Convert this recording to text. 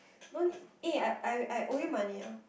don't eh I I I owe you money ah